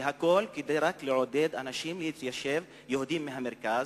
והכול, רק כדי לעודד אנשים, יהודים מהמרכז,